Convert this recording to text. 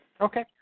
Okay